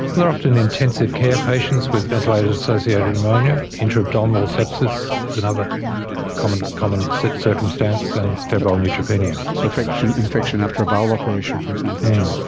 are often intensive care patients with ventilator associated pneumonia, intra-abdominal sepsis is another common common circumstance, and febrile neutropenia. so infection infection after a bowel operation, for example.